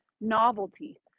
novelty